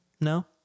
No